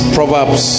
Proverbs